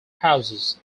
houses